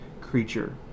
creature